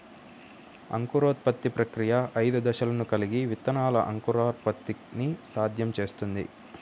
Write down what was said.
అంకురోత్పత్తి ప్రక్రియ ఐదు దశలను కలిగి విత్తనాల అంకురోత్పత్తిని సాధ్యం చేస్తుంది